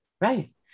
Right